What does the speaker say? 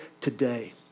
today